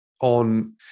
on